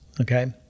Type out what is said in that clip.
okay